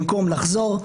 במקום לחזור,